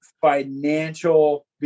financial